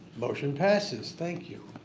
motion passes, thank you.